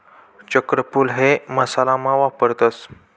चक्रफूल हे मसाला मा वापरतस